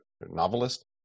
novelist